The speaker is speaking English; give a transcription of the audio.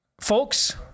folks